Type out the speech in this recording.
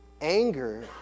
Anger